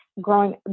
growing